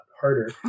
harder